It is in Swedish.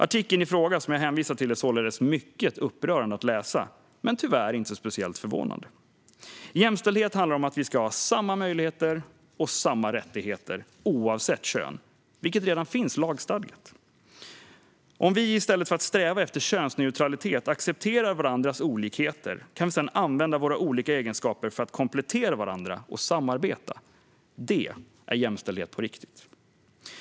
Artikeln som jag hänvisar till är således mycket upprörande att läsa men tyvärr inte speciellt förvånande. Jämställdhet handlar om att vi ska ha samma möjligheter och samma rättigheter, oavsett kön, vilket redan finns lagstadgat. Om vi i stället för att sträva efter könsneutralitet accepterar varandras olikheter kan vi använda våra olika egenskaper för att komplettera varandra och samarbeta. Det är jämställdhet på riktigt.